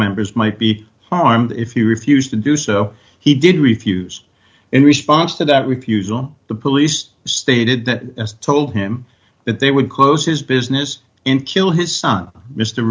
members might be harmed if you refused to do so he did refuse in response to that refusal the police stated that and told him that they would close his business in kill his son m